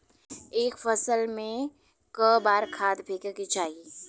एक फसल में क बार खाद फेके के चाही?